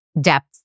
depth